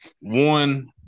One